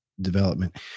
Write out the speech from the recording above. development